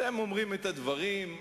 אתם אומרים את הדברים,